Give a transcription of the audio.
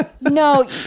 No